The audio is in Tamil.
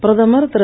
பிரதமர் திரு